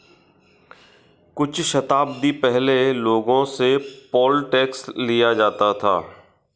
कुछ शताब्दी पहले लोगों से पोल टैक्स लिया जाता था